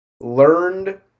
learned